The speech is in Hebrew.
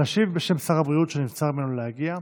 להשיב בשם שר הבריאות, שנבצר ממנו להגיע.